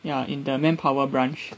ya in the manpower branch